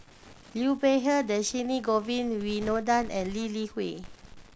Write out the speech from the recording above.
Liu Peihe Dhershini Govin Winodan and Lee Li Hui